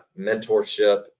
mentorship